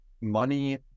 money